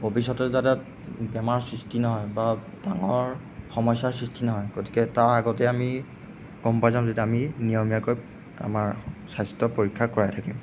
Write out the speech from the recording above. ভৱিষ্যতেও যাতে বেমাৰৰ সৃষ্টি নহয় বা ডাঙৰ সমস্যাৰ সৃষ্টি নহয় গতিকে তাৰ আগতেই আমি গম পাই যাম যাতে আমি নিয়মীয়াকৈ আমাৰ স্বাস্থ্যৰ পৰীক্ষা কৰাই থাকিম